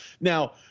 now